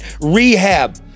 rehab